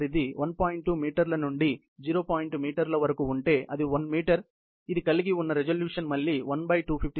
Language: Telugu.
2 వరకు ఉంటే అంటే 1 మీటర్ ఇది కలిగి ఉన్న రిజల్యూషన్ మళ్ళీ 1256 మీటర్లు అవుతుంది